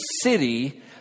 city